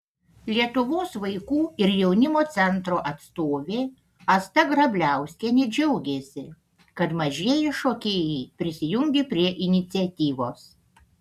lietuvos vaikų ir jaunimo centro atstovė asta grabliauskienė džiaugėsi kad mažieji šokėjai prisijungė prie iniciatyvos